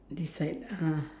this side uh